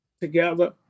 together